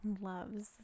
loves